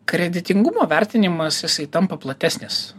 kreditingumo vertinimas tampa platesnis